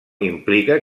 implica